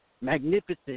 magnificent